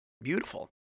Beautiful